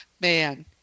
man